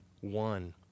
one